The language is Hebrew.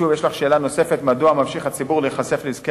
יש לך שאלה נוספת: מדוע ממשיך הציבור להיחשף לנזקי